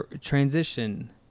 transition